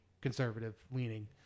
conservative-leaning